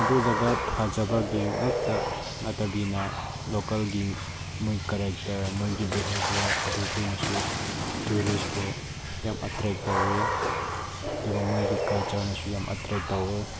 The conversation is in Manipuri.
ꯑꯗꯨ ꯖꯒꯥ ꯐꯖꯕꯒꯤ ꯉꯥꯛꯇ ꯅꯠꯇꯕꯤꯗ ꯂꯣꯀꯦꯜꯒꯤ ꯃꯣꯏ ꯀꯔꯦꯛꯇꯔ ꯃꯣꯏꯒꯤ ꯕꯤꯍꯦꯕ꯭ꯌꯤꯔ ꯑꯗꯨꯈꯣꯏꯅꯁꯨ ꯇꯨꯔꯤꯁꯄꯨ ꯌꯥꯝ ꯑꯦꯇ꯭ꯔꯦꯛ ꯇꯧꯋꯦ ꯑꯗꯨꯒ ꯃꯣꯏꯒꯤ ꯀꯜꯆꯔꯅꯁꯨ ꯌꯥꯝ ꯑꯦꯇ꯭ꯔꯦꯛ ꯇꯧꯋꯦ